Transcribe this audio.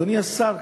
אדוני השר,